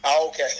okay